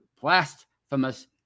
blasphemous